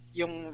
yung